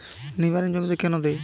নিমারিন জমিতে কেন দেয়?